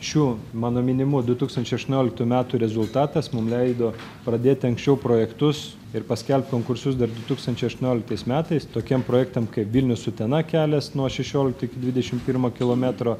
šių mano minimų du tūkstančiai aštuonioliktų metų rezultatas mum leido pradėti anksčiau projektus ir paskelbt konkursus dar du tūkstančiai aštuonioliktais metais tokiem projektam kaip vilnius utena kelias nuo šešiolikto iki dvidešim pirmo kilometro